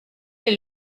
est